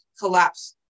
collapse